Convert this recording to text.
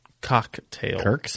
Cocktail